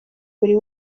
buri